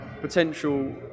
potential